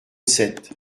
sept